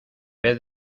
vez